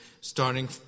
starting